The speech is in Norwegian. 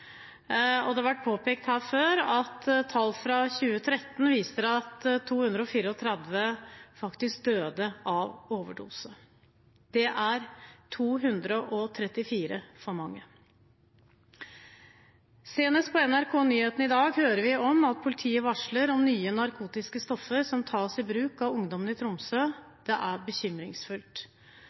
og det har vært påpekt her før at tall fra 2013 viser at 234 døde av overdose – det er 234 for mange. Senest på NRK-nyhetene i dag hører vi at politiet varsler om nye narkotiske stoffer som tas i bruk i av ungdommen i Tromsø – det er bekymringsfullt.